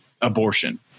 abortion